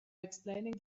explaining